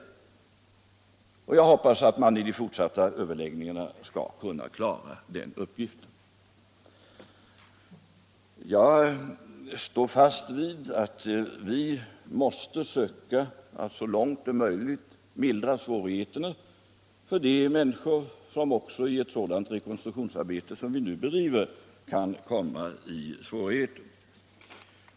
Jag hoppas att man vid de fortsatta överläggningarna skall kunna klara den uppgiften. Jag står fast vid att vi så långt det är möjligt måste försöka lindra de svårigheter som måste uppstå för människorna också i ett sådant rekonstruktionsarbete som det vi nu bedriver.